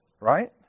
Right